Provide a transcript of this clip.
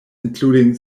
including